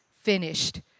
finished